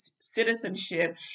citizenship